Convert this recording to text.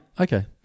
Okay